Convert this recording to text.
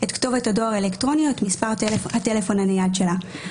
את כתובת הדואר האלקטרוני או את מספר הטלפון הנייד שלה.".